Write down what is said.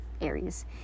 Aries